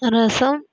ரசம்